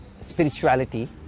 spirituality